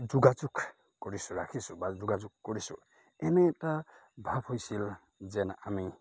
যোগাযোগ কৰিছোঁ ৰাখিছোঁ বা যোগাযোগ কৰিছোঁ এনে এটা ভাৱ হৈছিল যেন আমি